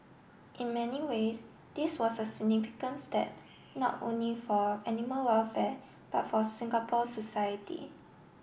in many ways this was a significant step not only for animal welfare but for Singapore society